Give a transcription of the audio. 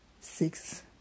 six